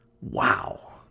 wow